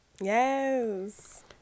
Yes